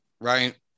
right